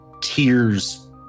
tears